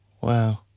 Wow